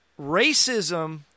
Racism